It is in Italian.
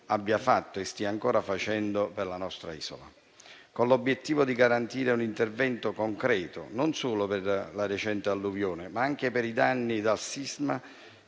abbia fatto e stia ancora facendo per la nostra isola, con l'obiettivo di garantire un intervento concreto, e non solo per la recente alluvione, ma anche per i danni causati